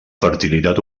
fertilitat